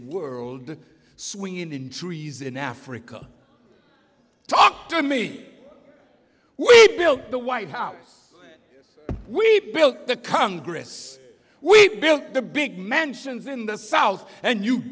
world to swing in trees in africa talk to me we built the white house we built the congress we built the big mansions in the south and you